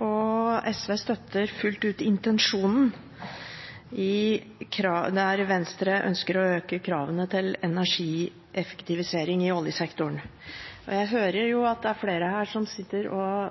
der Venstre ønsker å øke kravene til energieffektivisering i oljesektoren, og SV støtter fullt ut intensjonen. Jeg hører jo at det er flere her som sitter og